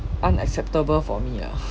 unacceptable for me lah